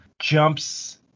jumps